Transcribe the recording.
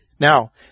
Now